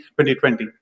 2020